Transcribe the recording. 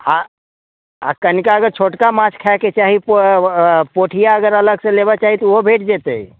आओर कनिके अगर छोटका माछ खाइके चाहि पोठिआ अगर अलगसँ लेबैके चाही तऽ ओहो भेट जेतै